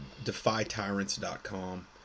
defytyrants.com